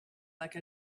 like